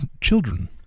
children